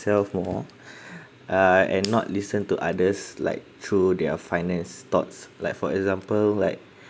more uh and not listen to others like through their finance thoughts like for example like